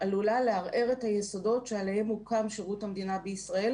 עלולה לערער את היסודות שעליהם הוקם שירות המדינה בישראל,